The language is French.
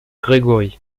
grégory